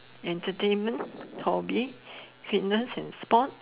entertainment hobby fitness and sport